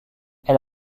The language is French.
elle